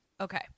Okay